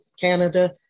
Canada